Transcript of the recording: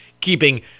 keeping